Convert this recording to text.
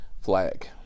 Flag